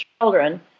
children